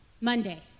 Monday